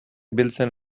biltzen